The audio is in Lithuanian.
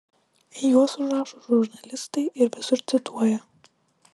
juos užrašo žurnalistai ir visur cituoja